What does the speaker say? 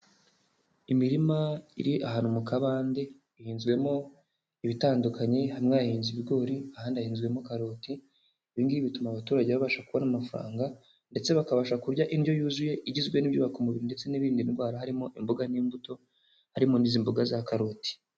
Imirima iri ahantu mu kabande ihinzwemo ibitandukanye: hamwe hahinze ibigori ahandi hahinzwemo karoti; ibi ngibi bituma abaturage babasha kubona amafaranga ndetse bakabasha kurya indyo yuzuye igizwe: n'ibyubaka umubiri ndetse n'ibirinda indwara, harimo imboga n'imbuto, harimo n'izi mboga za karoti.